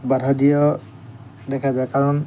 বাধ দিয়া দেখা যায় কাৰণ